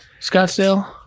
Scottsdale